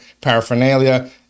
paraphernalia